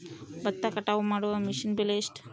ಭತ್ತ ಕಟಾವು ಮಾಡುವ ಮಿಷನ್ ಬೆಲೆ ಎಷ್ಟು?